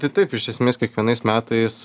tai taip iš esmės kiekvienais metais